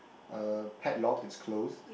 uh padlocked it's closed